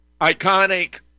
Iconic